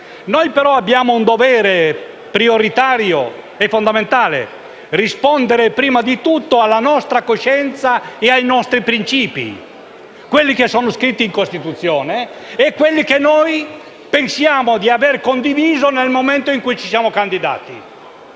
ma abbiamo un dovere prioritario e fondamentale che è rispondere prima di tutto alla nostra coscienza e ai nostri principi, quelli scritti in Costituzione e quelli che pensiamo di avere condiviso nel momento in cui ci siamo candidati,